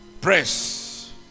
press